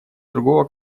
другого